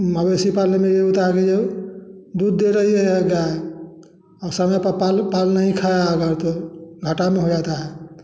मवेशी पालने में तो यही होता है कि जो दूध दे रही है गाय और समय पर पाल पाल नहीं खाया होगा तो घाटा में हो जाता है